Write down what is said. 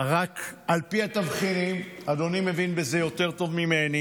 רק על פי התבחינים, אדוני מבין בזה טוב יותר ממני,